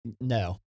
No